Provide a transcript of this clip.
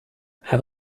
have